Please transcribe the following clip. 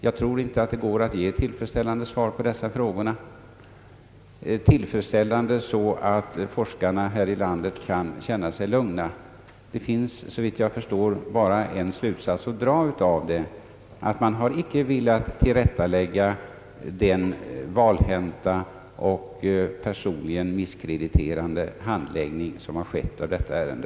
Jag tror inte att det är möjligt att lämna ett tillfredsställande svar på dessa frågor, så att forskarna i vårt land kan känna sig lugna. Det finns såvitt jag förstår bara en slutsats att dra av detta, nämligen att det icke funnits någon önskan att tillrättalägga den valhänta och personligen misskrediterande handling som förekommit i detta ärende.